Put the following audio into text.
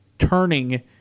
Turning